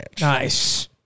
Nice